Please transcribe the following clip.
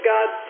God